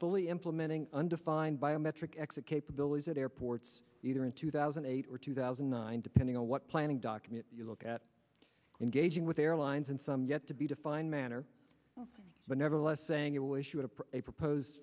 fully implementing undefined biometric exit capabilities at airports either in two thousand and eight or two thousand and nine depending on what planning document you look at engaging with airlines and some yet to be defined manner but nevertheless saying you wish to have a proposed